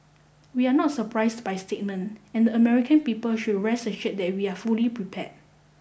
we are not surprised by statement and the American people should rest assured that we are fully prepared